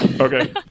Okay